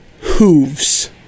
hooves